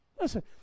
Listen